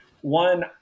one